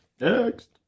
Next